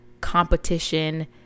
competition